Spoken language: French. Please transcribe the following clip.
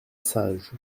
sage